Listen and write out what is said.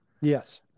Yes